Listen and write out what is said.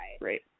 Right